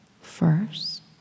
First